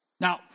Now